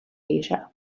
asia